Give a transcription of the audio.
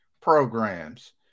programs